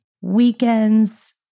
Weekends